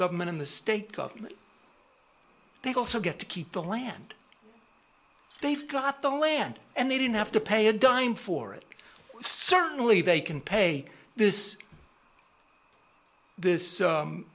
government in the state government they also get to keep the land they've got the land and they didn't have to pay a dime for it certainly they can pay this this